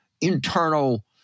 internal